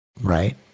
Right